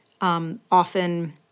often